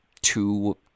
two